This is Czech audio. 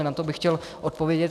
Na to bych chtěl odpovědět.